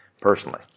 personally